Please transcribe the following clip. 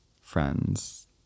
friends